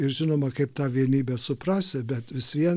ir žinoma kaip tą vienybę suprasi bet vis vien